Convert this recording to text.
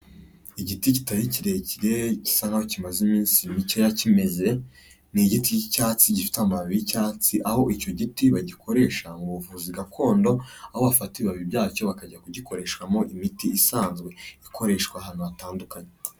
Igiti kitari kirekire gisa nkaho kimaze iminsi mikeya kimeze, ni igiti k'icyatsi gifite amababi y'icyatsi aho icyo giti bagikoresha mu buvuzi gakondo, aho bafata ibibabi byacyo bakajya kugikoreshamo imiti isanzwe ikoreshwa ahantu hatandukanye.